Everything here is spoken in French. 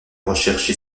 recherche